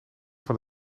van